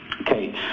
Okay